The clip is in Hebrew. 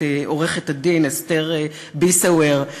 עורכת-הדין אסתר ביסוור,